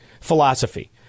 philosophy